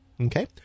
Okay